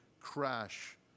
crash